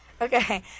Okay